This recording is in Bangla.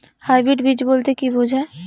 হাইব্রিড বীজ বলতে কী বোঝায়?